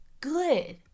good